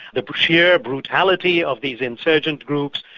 the sheer brutality of these insurgent groups,